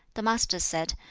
the master said,